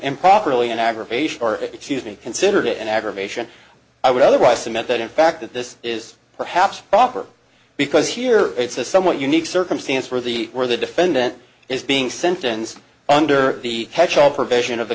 improperly an aggravation or excuse me considered it an aggravation i would otherwise cement that in fact that this is perhaps proper because here it's a somewhat unique circumstance where the where the defendant is being sentenced under the hatch of provision of